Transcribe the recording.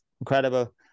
incredible